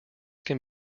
can